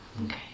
Okay